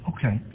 Okay